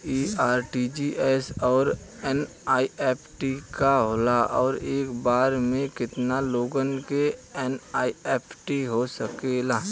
इ आर.टी.जी.एस और एन.ई.एफ.टी का होला और एक बार में केतना लोगन के एन.ई.एफ.टी हो सकेला?